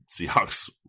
Seahawks